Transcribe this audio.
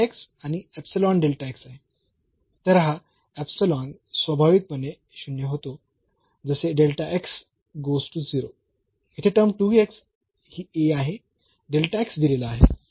तर हा स्वाभाविकपणे 0 होतो जसे येथे टर्म ही आहे दिलेला आहे